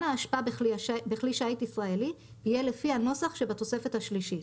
האשפה בכלי שיט ישראלי יהיה לפי הנוסח שבתוספת השלישית.